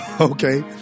okay